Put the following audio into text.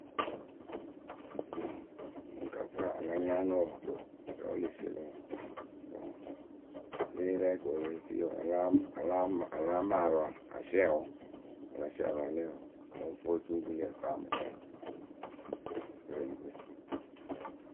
Mɨ mɨŋ kafɨra a la nyaanɨ wǝǝ tɨrɛ wɨ le sie lǝ̈ wǝǝ bɔŋ e le yee rɛɛyɩ ko e le pe fii wǝǝ a láa a láa a láa maarɨ a siɛ wǝ a la siɛ a la lɛ wǝ ǝ fɨ ocuŋkuluyǝ a mɨ tɛ, kɨrɛŋkǝ we.